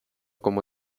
como